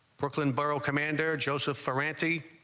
brooklyn borough commander joseph for randy.